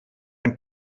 ein